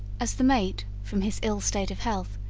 as the mate, from his ill state of health,